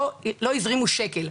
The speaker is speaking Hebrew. לא הזרימו שקל.